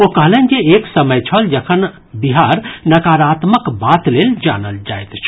ओ कहलनि जे एक समय छल जखन बिहार नकारात्मक बात लेल जानल जाइत छल